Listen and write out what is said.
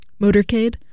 motorcade